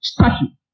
Statue